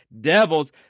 Devils